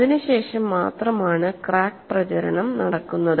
അതിനുശേഷം മാത്രമാണ് ക്രാക്ക് പ്രചരണം നടക്കുന്നത്